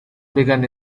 begun